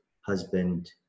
husband